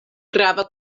grava